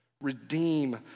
redeem